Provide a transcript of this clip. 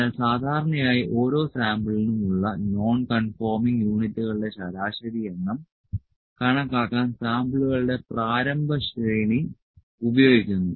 അതിനാൽ സാധാരണയായി ഓരോ സാമ്പിളിനും ഉള്ള നോൺ കൺഫോർമിങ് യൂണിറ്റുകളുടെ ശരാശരി എണ്ണം കണക്കാക്കാൻ സാമ്പിളുകളുടെ പ്രാരംഭ ശ്രേണി ഉപയോഗിക്കുന്നു